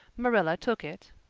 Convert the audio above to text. marilla took it,